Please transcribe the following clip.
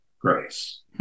grace